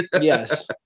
Yes